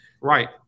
Right